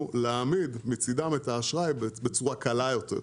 להעמיד מצידם את האשראי בצורה קלה יותר.